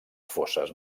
fosses